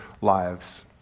lives